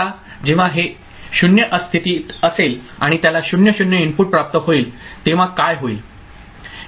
आता जेव्हा हे 0 स्थितीत असेल आणि त्याला 0 0 इनपुट प्राप्त होईल तेव्हा काय होईल